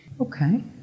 Okay